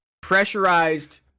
Pressurized